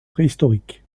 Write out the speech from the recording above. préhistoriques